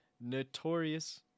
Notorious